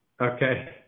Okay